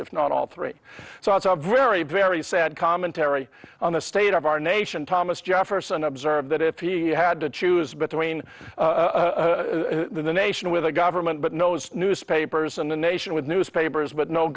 if not all three so it's a very very sad commentary on the state of our nation thomas jefferson observed that if he had to choose between the nation with a government but knows newspapers and the nation with newspapers but no